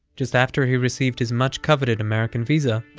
just after he received his much coveted american visa,